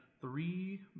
three